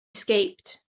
escaped